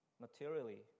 materially